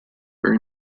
very